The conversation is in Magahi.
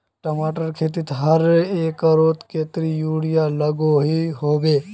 टमाटरेर खेतीत हर एकड़ोत कतेरी यूरिया लागोहो होबे?